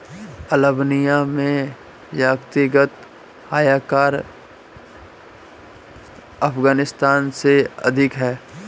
Albania में व्यक्तिगत आयकर अफ़ग़ानिस्तान से अधिक है